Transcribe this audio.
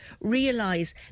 realise